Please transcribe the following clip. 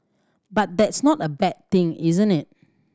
but that's not a bad thing isn't it